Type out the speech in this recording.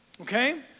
okay